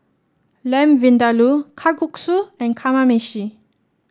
Lamb Vindaloo Kalguksu and Kamameshi